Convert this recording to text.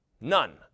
None